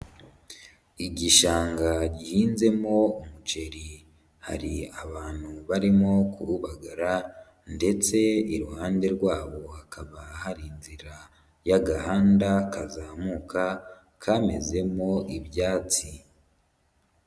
Igishanga gihinzemo umuceri hari abantu barimo kuwubagara ndetse iruhande rwawo hakaba hari inzira y'agahanda kazamuka kamezemo ibyatsi.